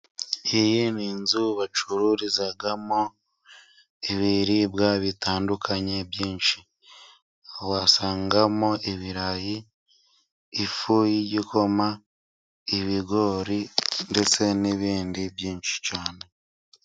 Iyi ni inzu bacururizamo ibiribwa bitandukanye byinshi. Wasangamo ibirayi，ifu y'igikoma， ibigori ndetse n'ibindi byinshi cyane.